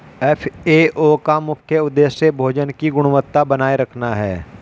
FAO का मुख्य उदेश्य भोजन की गुणवत्ता बनाए रखना है